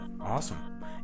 Awesome